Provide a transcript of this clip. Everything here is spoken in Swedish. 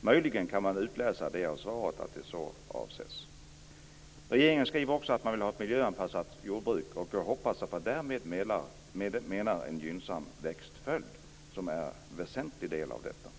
Möjligen kan man utläsa av svaret att det är avsikten. Regeringen skriver också att man vill ha ett miljöanpassat jordbruk. Jag hoppas att man därmed menar en gynnsam växtföljd, som är en väsentlig del av detta.